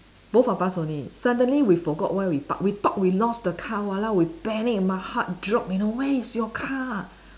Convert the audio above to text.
both of us only suddenly we forgot where we park we thought we lost the car !walao! we panic my heart drop you know where is your car